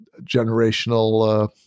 generational